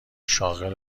شاغل